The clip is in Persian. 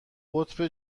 قطب